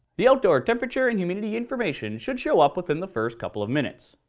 the outdoor temperature and humidity information should show up within the first couple of minutes.